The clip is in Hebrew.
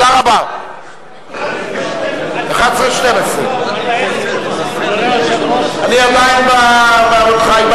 2011 2012. אני עדיין חי,